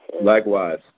Likewise